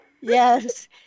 Yes